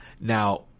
Now